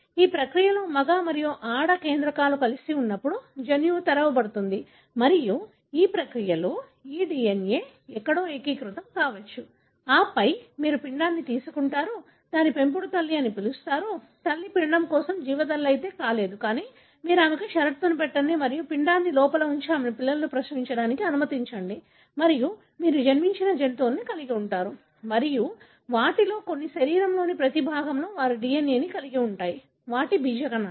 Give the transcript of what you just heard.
ఈ ప్రక్రియలో మగ మరియు ఆడ కేంద్రకాలు కలిసి ఉన్నప్పుడు జన్యువు తెరవబడుతుంది మరియు ఈ ప్రక్రియలో ఈ DNA ఎక్కడో ఏకీకృతం కావచ్చు ఆపై మీరు పిండాన్ని తీసుకుంటారు దానిని పెంపుడు తల్లి అని పిలుస్తారు తల్లి పిండం కోసం జీవ తల్లి కాదు కానీ మీరు ఆమెను షరతు పెట్టండి మరియు పిండాన్ని లోపల ఉంచి ఆమె పిల్లలను ప్రసవించడానికి అనుమతించండి మరియు మీరు జన్మించిన జంతువును కలిగి ఉంటారు మరియు వాటిలో కొన్ని శరీరంలోని ప్రతి భాగంలో వారి DNA ని కలిగి ఉంటాయి వాటి బీజ కణాలు